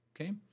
okay